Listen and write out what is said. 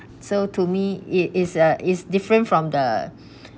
so to me it is a it's different from the